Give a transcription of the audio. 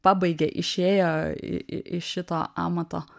pabaigė išėjo i iš šito amato